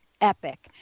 epic